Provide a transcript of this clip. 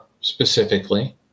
specifically